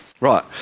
Right